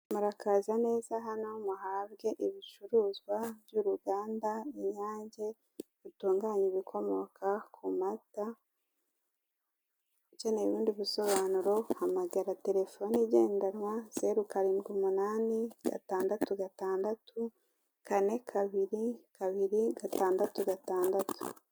Murakaza neza hano muhabwe ibicuruzwa by'uruganda inyange rutunganya ibikomoka ku mata, ukeneye ibindi bisobanuro hamagara telefone igendanwa zeru karindwi umunani gatandatu gatandatu kane kabiri kabiri gatandatu gatandatu.